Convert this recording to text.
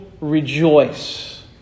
rejoice